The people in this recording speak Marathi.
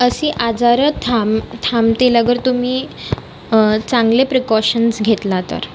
अशी आजार थांब थांबतील अगर तुम्ही चांगले प्रिकॉशन्स घेतला तर